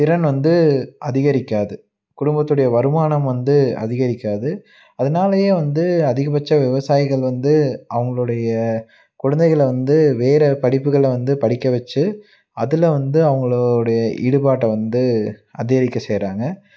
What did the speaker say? திறன் வந்து அதிகரிக்காது குடும்பத்துடைய வருமானம் வந்து அதிகரிக்காது அதனாலேயே வந்து அதிகப்பட்ச விவசாயிகள் வந்து அவங்களுடைய குழந்தைகளை வந்து வேறு படிப்புகளை வந்து படிக்க வச்சு அதில் வந்து அவங்களுடைய ஈடுபாட்டை வந்து அதிகரிக்க செய்கிறாங்க